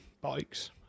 bikes